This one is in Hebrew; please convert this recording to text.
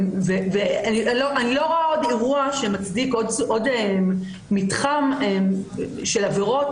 אני לא רואה עוד אירוע שמצדיק עוד מתחם של עבירות